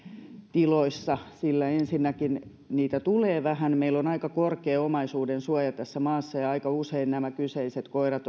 tiloissa ensinnäkin niitä tulee vähän meillä on aika korkea omaisuudensuoja tässä maassa ja aika usein nämä kyseiset koirat